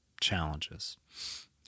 challenges